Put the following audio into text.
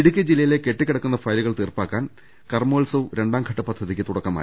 ഇടുക്കി ജില്ലയിലെ കെട്ടിക്കിടക്കുന്ന ഫയലുകൾ തീർപ്പാക്കാൻ കർ മോത്സവ് രണ്ടാംഘട്ട പദ്ധതിക്ക് തുടക്കമായി